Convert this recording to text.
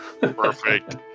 Perfect